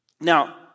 Now